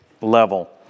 level